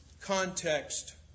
context